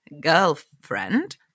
girlfriend